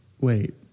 wait